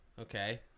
okay